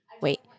Wait